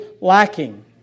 lacking